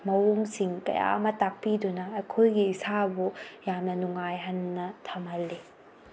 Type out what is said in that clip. ꯃꯑꯣꯡꯁꯤꯡ ꯀꯌꯥ ꯑꯃ ꯇꯥꯛꯄꯤꯗꯨꯅ ꯑꯩꯈꯣꯏꯒꯤ ꯏꯁꯥꯕꯨ ꯌꯥꯝꯅ ꯅꯨꯡꯉꯥꯏꯍꯟꯅ ꯊꯝꯍꯜꯂꯤ